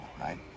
right